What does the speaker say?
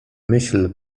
myśl